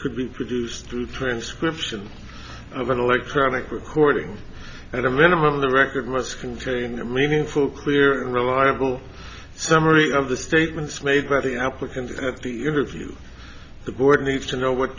could be produced through transcription of an electronic recording at a minimum the record must convey in a meaningful clear and reliable summary of the statements made by the applicant at the interview the board needs to know what